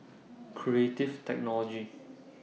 Creative Technology